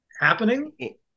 happening